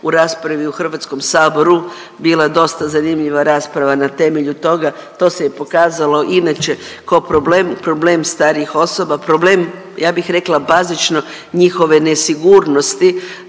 u raspravi u Hrvatskom saboru bila dosta zanimljiva rasprava na temelju toga. To se i pokazalo inače kao problem, problem starijih osoba, problem ja bih rekla bazično njihove nesigurnosti.